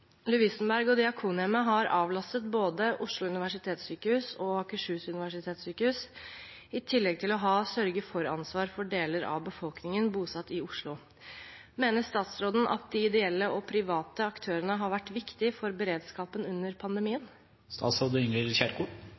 Lovisenberg og Diakonhjemmet har avlastet både Oslo universitetssykehus og Akershus universitetssykehus i tillegg til å ha sørge-for-ansvar for deler av befolkningen bosatt i Oslo. Mener statsråden at de ideelle og private aktørene har vært viktige for beredskapen under